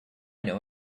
know